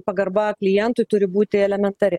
pagarba klientui turi būti elementari